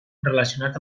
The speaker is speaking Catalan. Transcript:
relacionat